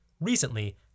Recently